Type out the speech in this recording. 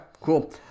cool